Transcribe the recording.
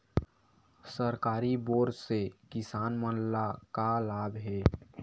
सरकारी बोर से किसान मन ला का लाभ हे?